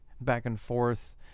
back-and-forth